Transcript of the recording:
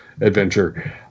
adventure